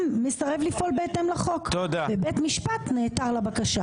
מסרב לפעול בהתאם לחוק ובית משפט נעתר לבקשה.